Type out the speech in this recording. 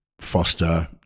foster